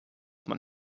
man